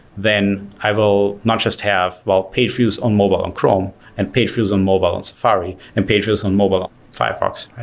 then i will not just have well, page views on mobile on chrome and page views on mobile on safari and pages on mobile firefox.